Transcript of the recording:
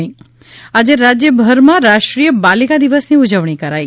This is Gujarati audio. ે આજે રાજયભરમાં રાષ્ટ્રીય બાલિકા દિવસની ઉજવણી કરાઇ